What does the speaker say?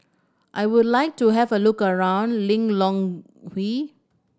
I would like to have a look around Lilongwe